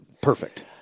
perfect